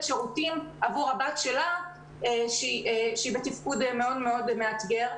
שירותים עבור הבת שלה שהיא בתפקוד מאוד מאתגר.